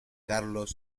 carlos